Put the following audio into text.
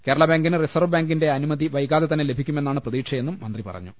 കേരളാബാങ്കിന് reserve ബാങ്കിന്റെ അനുമതി വൈകാതെ തന്നെ ലഭിക്കുമെന്നാണ് പ്രതീക്ഷയെന്നും മന്ത്രി പറഞ്ഞു